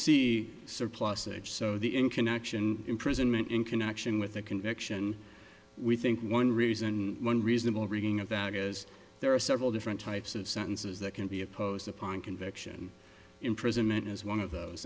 see surplusage so the inconnection imprisonment in connection with a conviction we think one reason one reasonable reading of that is there are several different types of sentences that can be opposed upon conviction imprisonment as one of those